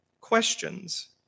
questions